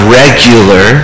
regular